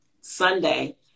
Sunday